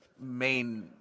main